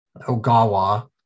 ogawa